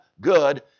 good